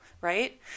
right